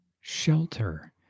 shelter